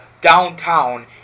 downtown